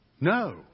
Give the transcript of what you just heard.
No